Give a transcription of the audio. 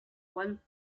juan